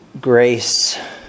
grace